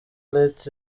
let